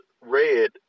red